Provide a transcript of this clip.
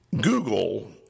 Google